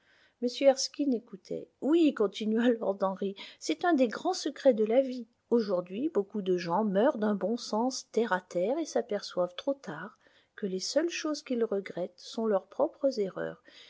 écoutait oui continua lord henry c'est un des grands secrets de la vie aujourd'hui beaucoup de gens meurent d'un bon sens terre à terre et s'aperçoivent trop tard que les seules choses qu'ils regrettent sont leurs propres erreurs